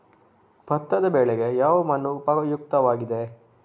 ಭತ್ತದ ಬೆಳೆಗೆ ಯಾವ ಮಣ್ಣು ಉಪಯುಕ್ತವಾಗಿದೆ?